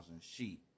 sheep